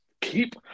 keep